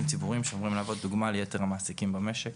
ציבוריים שאמורים להוות דוגמא ליתר המעסיקים במשק.